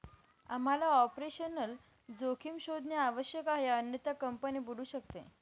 आम्हाला ऑपरेशनल जोखीम शोधणे आवश्यक आहे अन्यथा कंपनी बुडू शकते